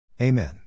Amen